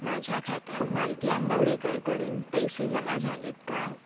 माझ्या खात्यात मालती आंबवडेकरकडून पैसे जमा झाले आहेत का